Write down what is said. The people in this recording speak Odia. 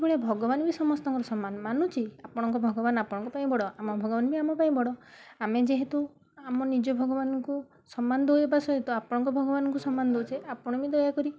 ସେଭଳିଆ ଭଗବାନ ବି ସମସ୍ତଙ୍କର ସମାନ ମାନୁଛି ଆପଣଙ୍କ ଭଗବାନ ଆପଣଙ୍କ ପାଇଁ ବଡ଼ ଆମ ଭଗବାନ ବି ଆମ ପାଇଁ ବଡ଼ ଆମେ ଯେହେତୁ ଆମ ନିଜ ଭଗବାନଙ୍କୁ ସମ୍ମାନ ଦେବା ସହିତ ଆପଣଙ୍କ ଭଗବାନଙ୍କୁ ସମ୍ମାନ ଦେଉଛେ ଆପଣ ବି ଦୟାକରି